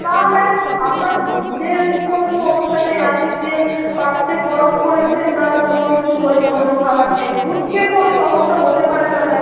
না ম্যাম আপনার দুধেও কোনো সমস্যা নেই আপনি যে পাত্রে গরম করেছেন বা কোনো কিছু হয়েছে অন্য খাবার খেয়ে দুধ খেয়ে কোনো সমস্যা হতে পারে না ম্যাম